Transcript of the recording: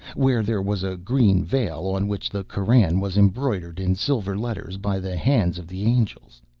where there was a green veil on which the koran was embroidered in silver letters by the hands of the angels.